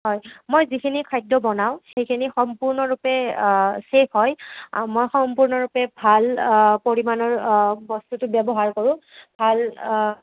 হয় মই যিখিনি খাদ্য বনাওঁ সেইখিনি সম্পূৰ্ণৰূপে ছেফ হয় আৰু মই সম্পূৰ্ণৰূপে ভাল পৰিমাণৰ বস্তুটো ব্যৱহাৰ কৰোঁ ভাল